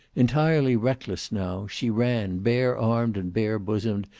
entirely reckless now, she ran, bare-armed and bare-bosomed,